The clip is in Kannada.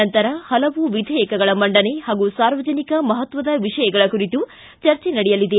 ನಂತರ ಹಲವು ವಿಧೇಯಕಗಳ ಮಂಡನೆ ಹಾಗೂ ಸಾರ್ವಜನಿಕ ಮಹತ್ವದ ವಿಷಯಗಳ ಕುರಿತು ಚರ್ಚೆ ನಡೆಯಲಿದೆ